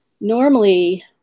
normally